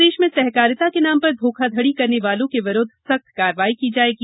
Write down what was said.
मध्यप्रदेश में सहकारिता के नाम पर धोखाधड़ी करने वालों के विरुद्व सख्त कार्रवाई की जाएगी